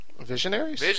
Visionaries